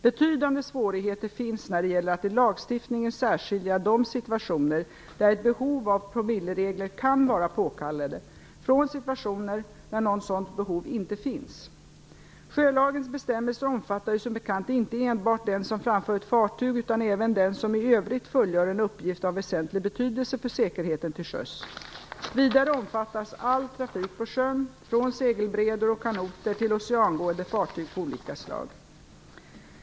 Betydande svårigheter finns när det gäller att i lagstiftningen särskilja de situationer där promilleregler kan vara påkallade från situationer där något sådant behov inte finns. Sjölagens bestämmelser omfattar ju, som bekant, inte enbart den som framför ett fartyg utan även den som i övrigt fullgör en uppgift av väsentlig betydelse för säkerheten till sjöss. Vidare omfattas all trafik på sjön, från segelbrädor och kanoter till oceangående fartyg av olika slag.